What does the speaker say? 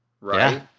right